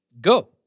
Go